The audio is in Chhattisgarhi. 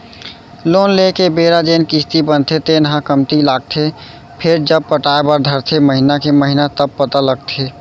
लोन लेए के बेरा जेन किस्ती बनथे तेन ह कमती लागथे फेरजब पटाय बर धरथे महिना के महिना तब पता लगथे